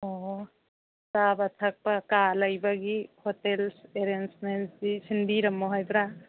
ꯑꯣ ꯆꯥꯕ ꯊꯛꯄ ꯀꯥ ꯂꯩꯕꯒꯤ ꯍꯣꯇꯦꯜ ꯑꯦꯔꯦꯟꯖꯃꯦꯟꯁꯤ ꯁꯤꯟꯕꯤꯔꯝꯃꯣ ꯍꯥꯏꯕ꯭ꯔꯥ